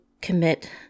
commit